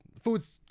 food's